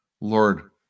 Lord